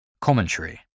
commentary